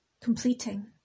completing